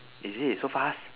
is it so fast